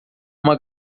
uma